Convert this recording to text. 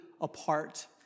apart